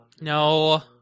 No